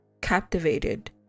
captivated